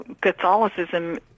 Catholicism